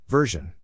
Version